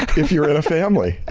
if you're in a family.